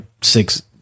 six